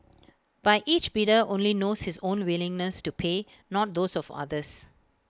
but each bidder only knows his own willingness to pay not those of others